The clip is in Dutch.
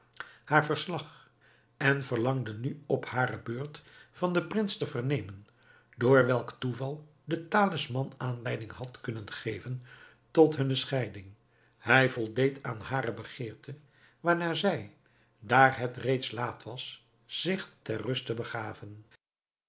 haar verslag en verlangde nu op hare beurt van den prins te vernemen door welk toeval de talisman aanleiding had kunnen geven tot hunne scheiding hij voldeed aan hare begeerte waarna zij daar het reeds laat was zich ter ruste begaven